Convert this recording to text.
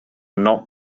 not